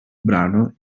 brano